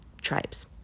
tribes